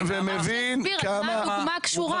שיסביר מה הדוגמה קשורה להצעת החוק?